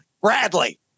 Bradley